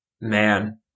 man